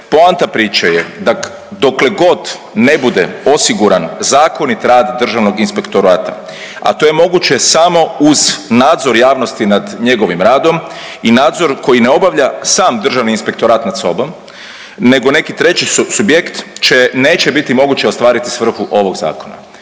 poanta priče je da doklegod ne bude osiguran zakonit rad Državnog inspektorata, a to je moguće samo uz nadzor javnosti nad njegovim radom i nadzor koji ne obavlja sam Državni inspektorat nad sobom nego neki treći subjekt će neće biti moguće ostvariti svrhu ovog zakona.